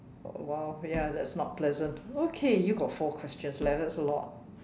!wow! ya that's not pleasant okay you've got four questions left that's a lot